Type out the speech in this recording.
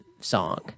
song